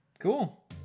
Cool